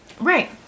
right